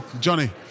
Johnny